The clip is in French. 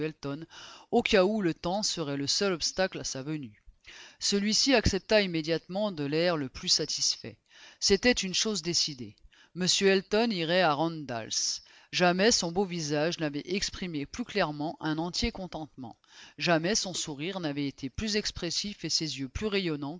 au cas où le temps serait le seul obstacle à sa venue celui-ci accepta immédiatement de l'air le plus satisfait c'était une chose décidée m elton irait à randalls jamais son beau visage n'avait exprimé plus clairement un entier contentement jamais son sourire n'avait été plus expressif et ses yeux plus rayonnants